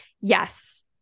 yes